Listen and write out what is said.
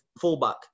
fullback